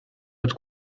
with